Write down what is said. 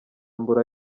mbura